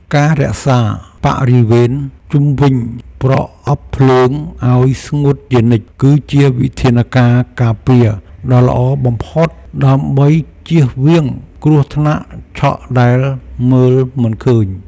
ការរក្សាបរិវេណជុំវិញប្រអប់ភ្លើងឱ្យស្ងួតជានិច្ច គឺជាវិធានការការពារដ៏សំខាន់បំផុតដើម្បីជៀសវាងគ្រោះថ្នាក់ឆក់ដែលមើលមិនឃើញ។